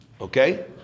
okay